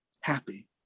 happy